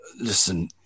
listen